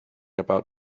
about